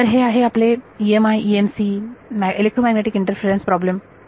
तर हे आपले EMI EMC आहे इलेक्ट्रोमॅग्नेटिक इंटरफेअरन्स प्रॉब्लमस